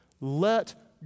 let